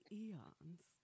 eons